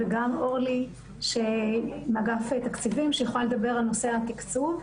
וגם אורלי מאגף תקציבים שיכולה לדבר על נושא התקצוב.